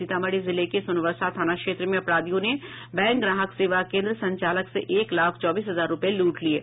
सीतामढ़ी जिले के सोनबरसा थाना क्षेत्र में अपराधियों ने बैंक ग्राहक सेवा केन्द्र संचालक से एक लाख चौबीस हजार रुपये लूट लिये